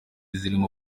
zirimo